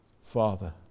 Father